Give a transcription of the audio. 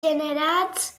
generats